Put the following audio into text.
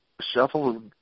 shuffle